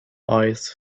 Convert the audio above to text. eyes